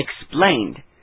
explained